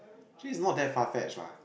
actually it's not that far-fetched lah